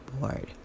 board